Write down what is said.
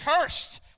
cursed